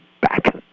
back